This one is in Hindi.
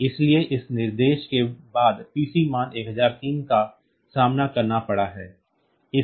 इसलिए इस निर्देश के बाद PC मान 1003 का सामना करना पड़ा है